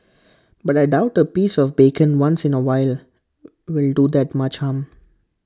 but I doubt A piece of bacon once in A while will do that much harm